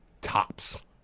tops